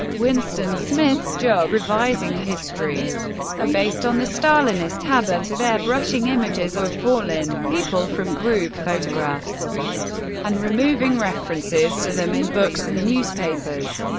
winston smith's job, revising history are ah based on the stalinist habit of airbrushing images of fallen people from group photographs and removing references to them in books and newspapers.